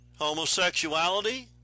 homosexuality